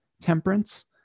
temperance